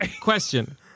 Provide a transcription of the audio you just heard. Question